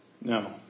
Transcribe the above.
No